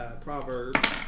proverbs